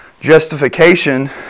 justification